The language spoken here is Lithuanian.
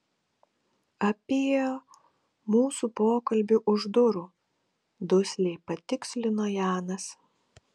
apie mūsų pokalbį už durų dusliai patikslino janas